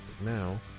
now